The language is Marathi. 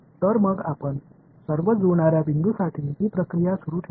तर मग आपण सर्व जुळणार्या बिंदूंसाठी ही प्रक्रिया सुरू ठेवू